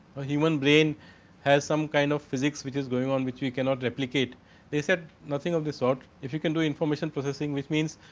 a human brain has some kind of physics, which is going on which we cannot replicate reset nothing of the slot. if you can do information processing which means,